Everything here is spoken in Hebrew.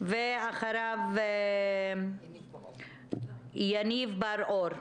ואחריו יניב בר אור,